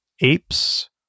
apes